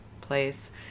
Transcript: place